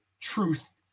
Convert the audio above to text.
truth